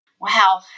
Wow